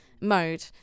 mode